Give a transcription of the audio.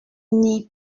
n’y